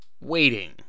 waiting